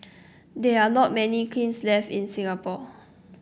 there are not many kilns left in Singapore